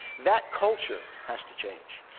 that culture has to change.